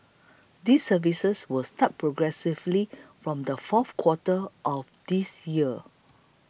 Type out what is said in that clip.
these services will start progressively from the fourth quarter of this year